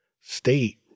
state